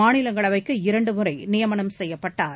மாநிலங்களவைக்கு இரண்டு முறை நியமனம் செய்யப்பட்டார்